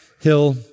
hill